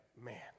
man